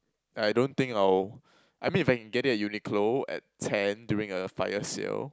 I don't think I'll I mean if I can get it at Uniqlo at ten during a fire sale